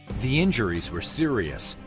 the injuries were serious.